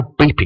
beeping